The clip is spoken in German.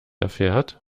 erfährt